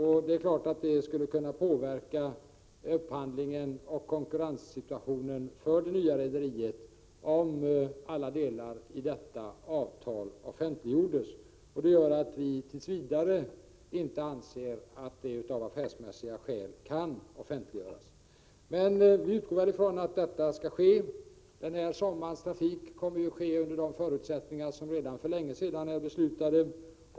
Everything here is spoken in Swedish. Det är klart att upphandlingen och konkurrenssituationen när det gäller det nya rederiet skulle kunna påverkas, om alla delar i avtalet offentliggjordes. Det gör att vi tills vidare anser att avtalet av affärsmässiga skäl inte kan offentliggöras. Men vi utgår från att det skall ske. För den här sommarens trafik gäller ju de förutsättningar som redan för länge sedan beslutades.